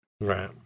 Right